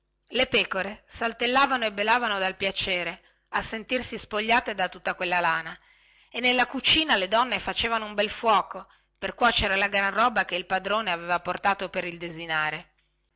le pecore saltellavano e belavano dal piacere al sentirsi spogliate da tutta quella lana e nella cucina le donne facevano un gran fuoco per cuocere la gran roba che il padrone aveva portato per il desinare